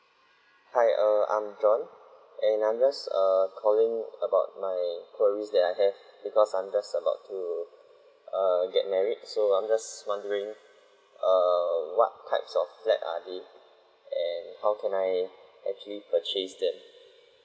hi err I'm john and I'm just err calling about my queries that I have because I'm just about to err get married so I'm just wondering err what types of flat are there and how can I actually purchase them